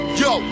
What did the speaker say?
yo